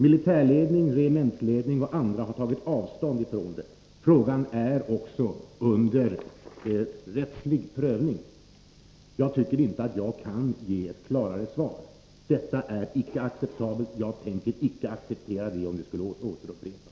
Militärledning, regementsledning och andra har tagit avstånd från det inträffade. Frågan är också under rättslig prövning. Jag tycker inte att jag kan ge ett klarare svar. Detta är icke acceptabelt. Jag tänker icke acceptera det, om det skulle upprepas.